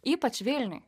ypač vilniuj